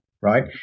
Right